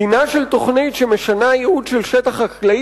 דינה של תוכנית שמשנה ייעוד של שטח חקלאי